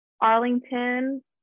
Arlington